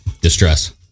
distress